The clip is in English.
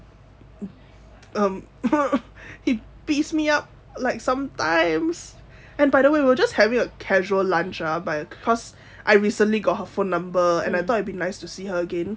um he beats me up like sometimes and by the way we were just having a casual lunch ah cause I recently got her phone number and I thought it'd be nice to see her again